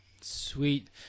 Sweet